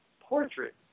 portrait